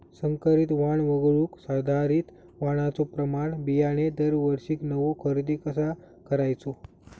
संकरित वाण वगळुक सुधारित वाणाचो प्रमाण बियाणे दरवर्षीक नवो खरेदी कसा करायचो?